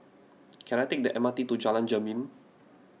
can I take the M R T to Jalan Jermin